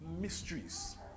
mysteries